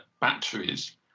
batteries